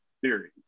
theory